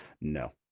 no